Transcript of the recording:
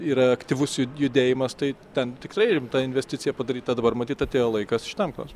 yra aktyvus ju judėjimas tai ten tikrai rimta investicija padaryta dabar matyt atėjo laikas šitam pastatui